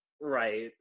right